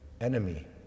enemy